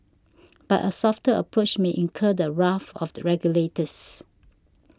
but a softer approach may incur the wrath of the regulators